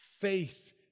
faith